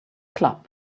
club